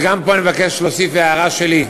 ופה אני מבקש להוסיף הערה שלי.